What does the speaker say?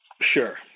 Sure